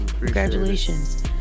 Congratulations